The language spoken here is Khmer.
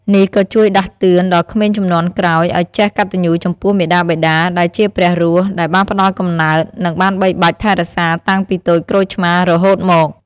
នេះក៏ជួយដាស់តឿនដល់ក្មេងជំនាន់ក្រោយឲ្យចេះកតញ្ញូចំពោះមាតាបិតាដែលជាព្រះរស់ដែលបានផ្តល់កំណើត និងបានបីបាច់ថែរក្សាតាំងពីតូចក្រូចឆ្មារហូតមក។